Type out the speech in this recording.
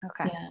Okay